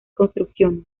construcciones